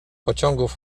pociągów